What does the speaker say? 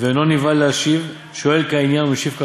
ואינו נבהל להשיב, שואל כעניין ומשיב כהלכה,